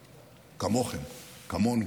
כמוכם, כמונו,